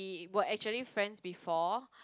were actually friends before